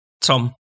Tom